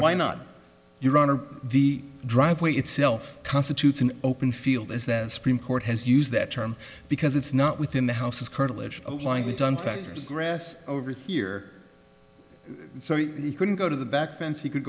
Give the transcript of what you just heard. why not your honor the driveway itself constitutes an open field is that supreme court has used that term because it's not within the houses curtilage aligned with dunn factors grass over here so he couldn't go to the back fence he could